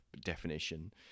definition